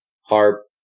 harp